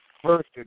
First